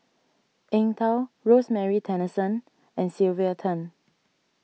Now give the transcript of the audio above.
Eng Tow Rosemary Tessensohn and Sylvia Tan